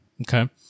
Okay